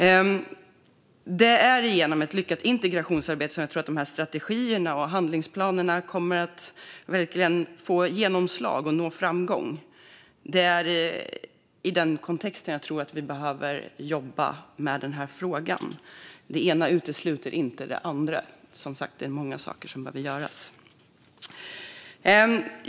Jag tror att det är genom ett lyckat integrationsarbete som strategierna och handlingsplanerna kommer att få genomslag och nå framgång. Det är i den kontexten jag tror att vi behöver jobba med den här frågan. Det ena utesluter inte det andra; det är som sagt många saker som behöver göras.